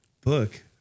Book